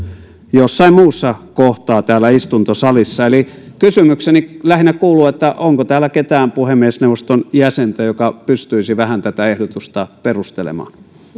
jossain muussa kohtaa täällä istuntosalissa eli kysymykseni lähinnä kuuluu onko täällä ketään puhemiesneuvoston jäsentä joka pystyisi vähän tätä ehdotusta perustelemaan